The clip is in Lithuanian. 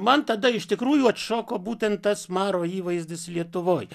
man tada iš tikrųjų atšoko būtent tas maro įvaizdis lietuvoj